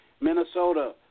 Minnesota